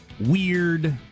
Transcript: weird